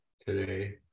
today